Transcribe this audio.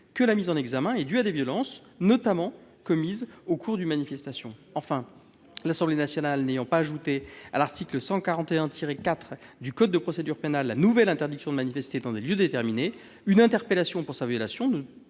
que la mise en examen est due à des violences, notamment commises au cours d'une manifestation. Enfin, l'Assemblée nationale n'ayant pas ajouté à l'article 141-4 du code de procédure pénale la nouvelle interdiction de manifester dans des lieux déterminés, une interpellation pour sa violation